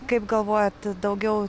kaip galvojat daugiau